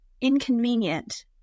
inconvenient